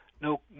no